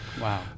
wow